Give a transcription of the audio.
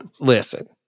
listen